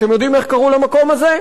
אתם יודעים איך קראו למקום הזה?